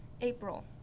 April